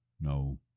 no